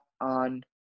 on